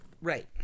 Right